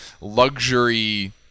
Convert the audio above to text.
luxury